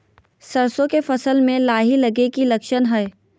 सरसों के फसल में लाही लगे कि लक्षण हय?